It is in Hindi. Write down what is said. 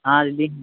आज भी